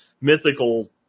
mythical